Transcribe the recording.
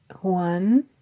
One